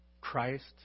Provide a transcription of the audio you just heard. Christ